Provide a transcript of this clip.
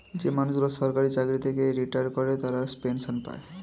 যে মানুষগুলো সরকারি চাকরি থেকে রিটায়ার করে তারা পেনসন পায়